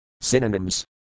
Synonyms